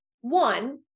one